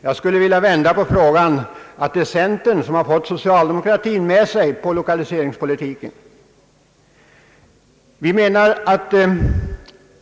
Jag skulle vilja vända på det och säga att det är centerpartiet som har fått socialdemokratin med sig beträffande lokaliseringspolitiken.